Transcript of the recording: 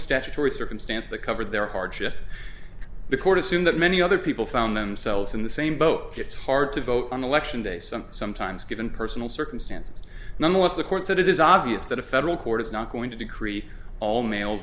statutory circumstance that covered their hardship the court assume that many other people found themselves in the same boat gets hard to vote on election day some sometimes given personal circumstances nonetheless the court said it is obvious that a federal court is not going to decree all male